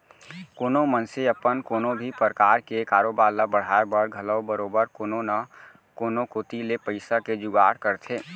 कोनो मनसे अपन कोनो भी परकार के कारोबार ल बढ़ाय बर घलौ बरोबर कोनो न कोनो कोती ले पइसा के जुगाड़ करथे